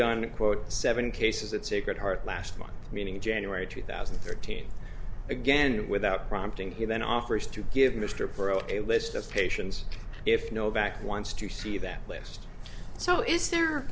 it quote seven cases at sacred heart last month meaning january two thousand and thirteen again without prompting he then offers to give mr perot a list of patients if no back wants to see that list so is there